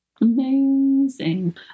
amazing